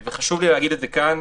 חשוב לי להגיד כאן,